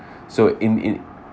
so in in